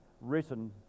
written